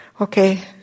okay